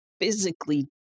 physically